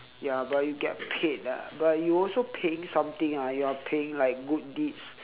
ya but you get paid ah but you also paying something ah you are paying like good deeds